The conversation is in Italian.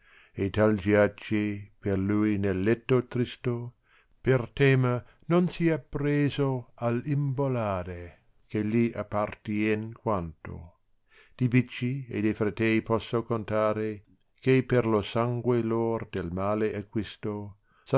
sui tal giace per lui nel ietto tristo per tema non sia preso all imbolare che gli appartien quanto di bicci e de fra tei posso contare ch per lo sangue lor del male acquisto